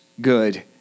good